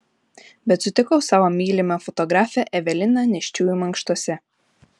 bet sutikau savo mylimą fotografę eveliną nėščiųjų mankštose